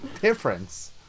difference